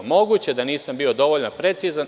Moguće da nisam bio dovoljno precizan.